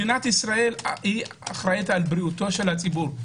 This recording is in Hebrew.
מדינת ישראל אחראית על בריאות הציבור.